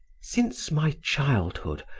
since my childhood,